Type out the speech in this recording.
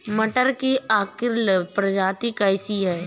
मटर की अर्किल प्रजाति कैसी है?